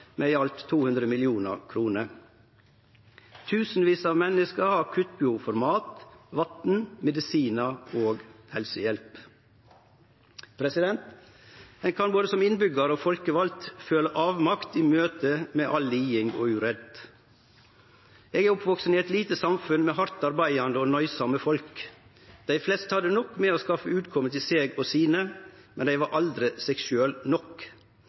med i alt 200 mill. kr. Tusenvis av menneske har akutt behov for mat, vatn, medisinar og helsehjelp. Ein kan både som innbyggjar og som folkevald føle avmakt i møte med all liding og urett. Eg er oppvaksen i eit lite samfunn med hardt arbeidande og nøysame folk. Dei fleste hadde nok med å skaffe utkome til seg og sine, men dei var aldri seg sjølv nok.